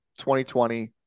2020